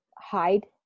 hide